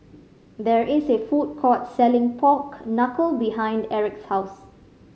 there is a food court selling pork knuckle behind Eric's house